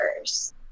first